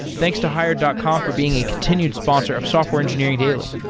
thanks to hired dot com for being a continued sponsor of software engineering daily.